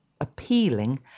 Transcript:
appealing